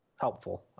Helpful